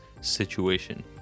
situation